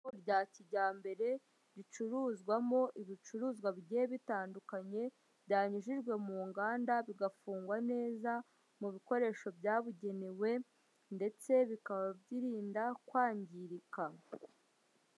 Isoko rya kijyambere ricuruzwamo ibicuruzwa bigiye bitandukanye byanyujijwe mu nganda bigafungwa neza mu bikoresho byabugenewe, ndetse bikaba byirinda kwangirika.